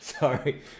Sorry